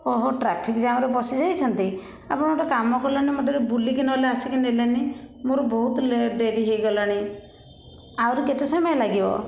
ଓହୋ ଟ୍ରାଫିକ୍ ଜାମ୍ରେ ପଶି ଯାଇଛନ୍ତି ଆପଣ ଗୋଟେ କାମ କଲେନି ମୋତେ ବୁଲିକି ନ ହେଲେ ଆସିକି ନେଲେନି ମୋର ବହୁତ ଲେଟେ ଡେରି ହେଇ ଗଲାଣି ଆହୁରି କେତେ ସମୟ ଲାଗିବ